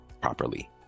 properly